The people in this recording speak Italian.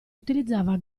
utilizzava